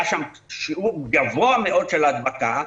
היה שם שיעור גבוה מאוד של הדבקה.